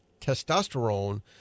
testosterone